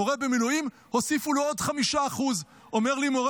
למורה במילואים הוסיפו עוד 5%. אומר לי מורה